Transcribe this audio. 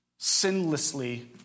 sinlessly